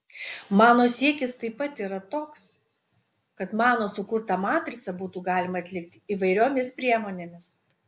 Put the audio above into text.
mano siekis taip pat yra toks kad mano sukurtą matricą būtų galima atlikti įvairiomis priemonėmis